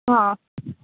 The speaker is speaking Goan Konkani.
हां